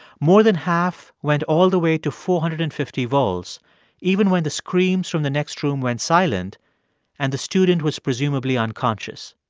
more than half went all the way to four hundred and fifty volts even when the screams from the next room went silent and the student was presumably unconscious.